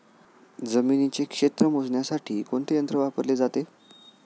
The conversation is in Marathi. जमिनीचे क्षेत्र मोजण्यासाठी कोणते यंत्र वापरले जाते?